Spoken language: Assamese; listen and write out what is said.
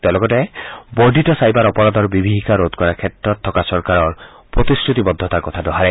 তেওঁ লগতে বৰ্ধিত ছাইবাৰ অপৰাধৰ বিভীষিকা ৰোধ কৰাৰ ক্ষেত্ৰত থকা চৰকাৰৰ প্ৰতিশ্ৰুতিবদ্ধতাৰ কথা দোহাৰে